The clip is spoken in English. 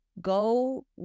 go